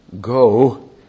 go